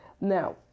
Now